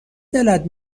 دلت